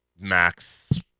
Max